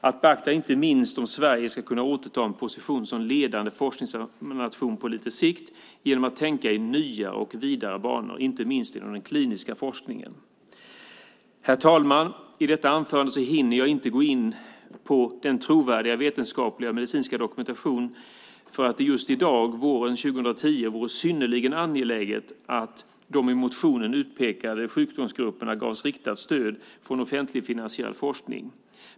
Detta är att beakta särskilt om Sverige på lite sikt ska kunna återta positionen som en ledande forskningsnation genom att det tänks i nya och vidare banor, inte minst inom den kliniska forskningen. Herr talman! I detta anförande hinner jag inte gå in på den trovärdiga vetenskapliga och medicinska dokumentationen om att det just nu, våren 2010, vore synnerligen angeläget att de i motionen utpekade sjukdomsgrupperna gavs riktat stöd från offentligt finansierad forskning.